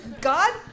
God